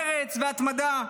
מרץ והתמדה,